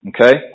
Okay